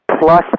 plus